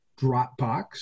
Dropbox